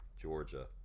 Georgia